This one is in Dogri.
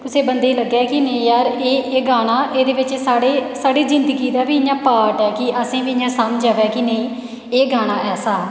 कुसै गी लग्गे की नेईं यार एह् गाना इस गाने च साढ़ी जिंदगी दा बी इं'या पार्ट ऐ कि असेंगी गी बी इं'या समझ आवै की नेईं एह् गाना ऐसा ऐ